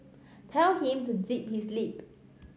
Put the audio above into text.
tell him to zip his lip